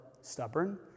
stubborn